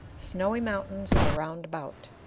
snowy mountains are round about,